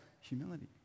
humility